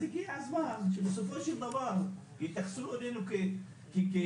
אז הגיע הזמן שבסופו של דבר יתייחסו אלינו כאנשים,